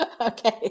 okay